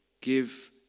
Give